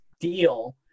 deal